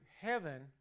heaven